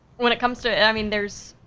when it comes to, i mean there's,